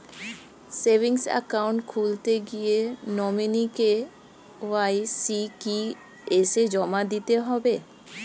Savings account খুলতে গিয়ে nominee KYC কি এসে জমা দিতে হবে?